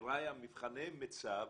מבחני מיצ"ב,